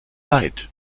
leid